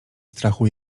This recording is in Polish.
strachu